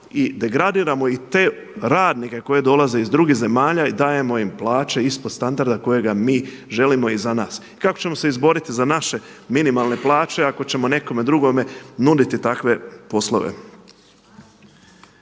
i degradiramo i te radnike koji dolaze iz drugih zemalja i dajemo im plaće ispod standarda kojega mi želimo i za nas. Kako ćemo se izboriti za naše minimalne plaće ako ćemo nekome drugome nuditi takve poslove?